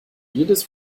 jedes